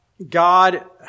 God